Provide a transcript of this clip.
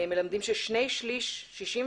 מלמדים ששני שלישים,